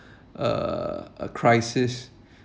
a a crisis